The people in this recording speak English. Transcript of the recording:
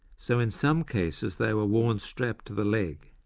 so in some cases they were worn strapped to the leg.